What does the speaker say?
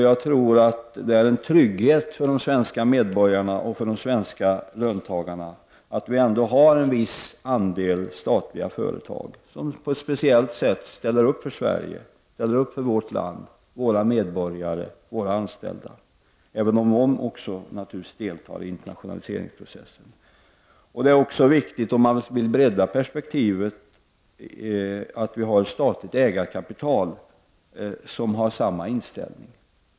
Jag tror att det är en trygghet för de svenska medborgarna och de svenska löntagarna att vi ändå har en viss andel statliga företag, som på ett speciellt sätt ställer upp för Sverige, för vårt land, för våra medborgare och anställda, även om de naturligtvis också deltar i internationaliseringsprocessen. Det är viktigt om man vill bredda perspektiven att vi har ett statligt ägarkapital med samma inställning.